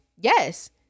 Yes